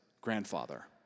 grandfather